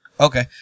Okay